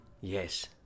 yes